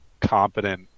competent